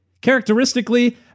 Characteristically